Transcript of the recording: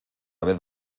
vez